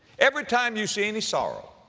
everytime you see any sorrow,